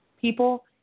people